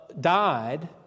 died